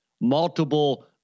multiple